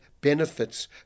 benefits